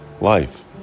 life